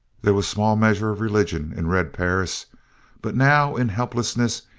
there was small measure of religion in red perris but now, in helplessness,